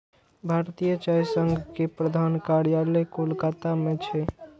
भारतीय चाय संघ के प्रधान कार्यालय कोलकाता मे छै